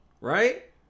right